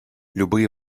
любые